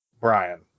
Brian